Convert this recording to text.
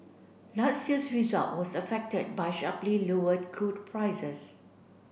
last year's result were affected by sharply lower crude prices